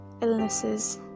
illnesses